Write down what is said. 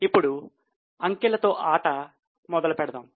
ఇప్పుడు అంకెలతో ఆట మొదలుపెడదాం